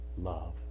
love